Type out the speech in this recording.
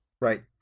Right